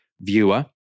viewer